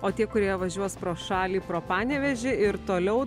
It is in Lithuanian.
o tie kurie važiuos pro šalį pro panevėžį ir toliau tai